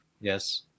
Yes